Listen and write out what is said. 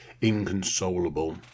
inconsolable